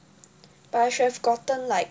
but I should've have gotten like